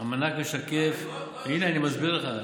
הינה, אני מסביר לך.